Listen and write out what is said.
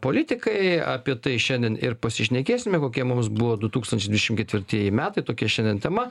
politikai apie tai šiandien ir pasišnekėsime kokie mums buvo du tūkstančiai dvidešim ketvirtieji metai tokia šiandien tema